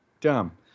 dumb